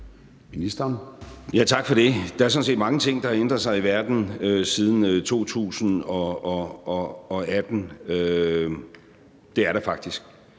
Rasmussen): Tak for det. Der er sådan set mange ting, der har ændret sig i verden siden 2018 – det er der faktisk.